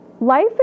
life